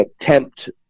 attempt